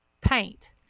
paint